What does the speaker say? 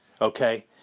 Okay